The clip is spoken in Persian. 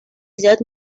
زیاد